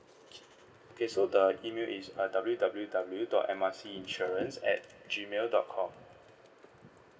okay so the email is err W W W dot M R C insurance at G mail dot com